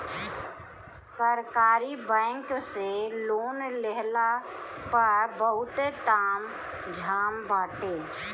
सरकारी बैंक से लोन लेहला पअ बहुते ताम झाम बाटे